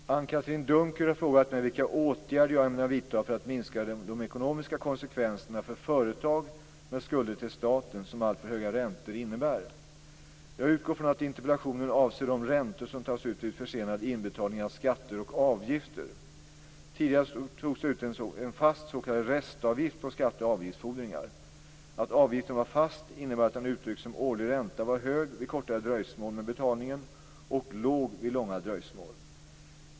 Fru talman! Anne-Katrine Dunker har frågat mig vilka åtgärder jag ämnar vidta för att minska de ekonomiska konsekvenserna för företag med skulder till staten som alltför höga räntor innebär. Jag utgår från att interpellationen avser de räntor som tas ut vid försenad inbetalning av skatter och avgifter. Tidigare togs det ut en fast s.k. restavgift på skatte och avgiftsfordringar. Att avgiften var fast innebar att den uttryckt som årlig ränta var hög vid kortare dröjsmål med betalningen och låg vid långa dröjsmål.